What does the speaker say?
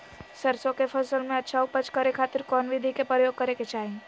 सरसों के फसल में अच्छा उपज करे खातिर कौन विधि के प्रयोग करे के चाही?